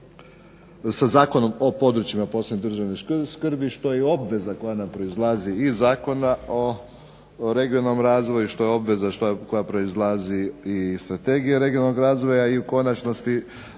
sa Zakonom o područjima posebne državne skrbi što je i obveza koja nam proizlazi iz zakona o regionalnom razvoju, što je obveza koja proizlazi i iz Strategije regionalnog razvoja i u konačnosti